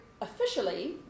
officially